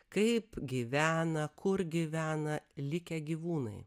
kaip gyvena kur gyvena likę gyvūnai